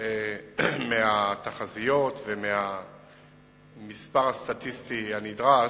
מהתחזיות ומהמספר הסטטיסטי הנדרש.